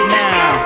now